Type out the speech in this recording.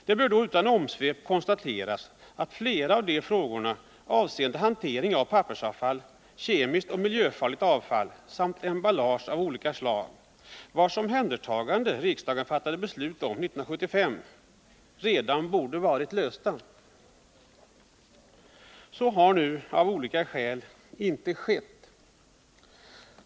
Det bör då utan omsvep konstateras att flera av de frågorna, avseende hantering av pappersavfall, kemiskt och miljöfarligt avfall samt emballage av olika slag, vars omhändertagande riksdagen fattade beslut om redan 1975, redan borde ha varit lösta. Så har nu av olika skäl inte skett.